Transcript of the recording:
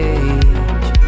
age